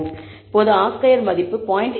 இப்போது R square மதிப்பு 0